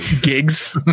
gigs